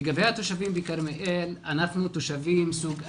לגבי התושבים בכרמיאל, אנחנו תושבים סוג א'.